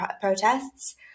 protests